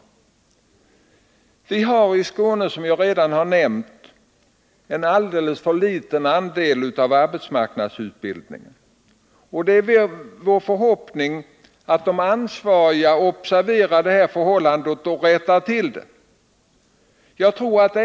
Vi har i Skåne, som jag redan har nämnt, en alldeles för liten andel av arbetsmarknadsutbildningen. Det är vår förhoppning att de ansvariga observerar detta förhållande och rättar till det.